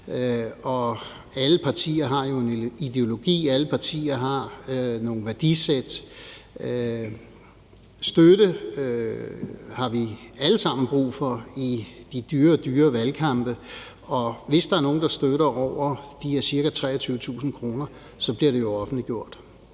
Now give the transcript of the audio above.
alle partier har jo en ideologi, og alle partier har nogle værdisæt. Støtte har vi alle sammen brug for i de dyrere og dyrere valgkampe, og hvis der er nogen, der giver støtte på over de her ca. 23.000 kr., så bliver det jo offentliggjort.